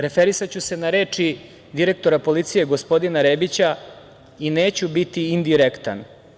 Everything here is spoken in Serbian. Referisaću se na reči direktora policije, gospodina Rebića, i neću biti indirektan.